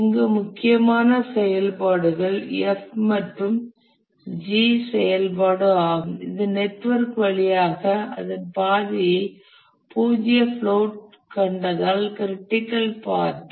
இங்குள்ள முக்கியமான செயல்பாடுகள் F மற்றும் G செயல்பாடு ஆகும் இது நெட்வொர்க் வழியாக அதன் பாதையை பூஜ்ஜிய பிளோட் கண்டதால் க்ரிட்டிக்கல் பாத்